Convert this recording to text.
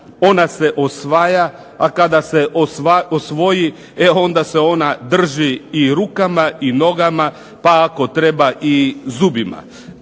ona se osvaja, a kada se osvoji e onda se ona drži i rukama i nogama pa ako treba i zubima.